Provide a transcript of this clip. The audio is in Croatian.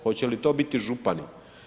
Hoće li to biti župani?